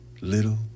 little